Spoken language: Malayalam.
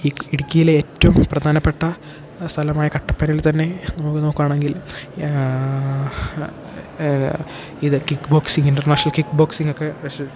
ഈ ഇടുക്കിയിലെ ഏറ്റവും പ്രധാനപ്പെട്ട സ്ഥലമായ കട്ടപ്പനയിൽ തന്നെ നമുക്ക് നോക്കുവാണെങ്കിൽ ഇത് കിക്ക് ബോക്സിങ് ഇൻറ്റർനാഷണൽ കിക്ക് ബോക്സിംഗൊക്കെ പക്ഷേ